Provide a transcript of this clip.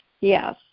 yes